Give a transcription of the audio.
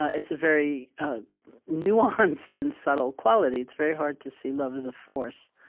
ah it's a very nuanced and subtle quality. it's very hard to see love as a force,